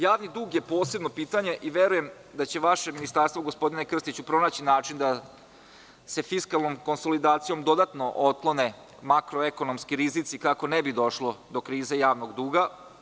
Javni dug je posebno pitanje i verujem da će vaše ministarstvo gospodine Krstiću pronaći način da sa fiskalnom konsolidacijom dodatno otklone makro-ekonomske rizike kako ne bi došlo do krize javnog duga.